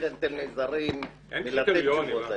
לכן אתם נזהרים מלתת תשובות.